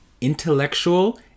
intellectual